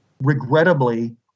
regrettably